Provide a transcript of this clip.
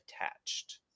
attached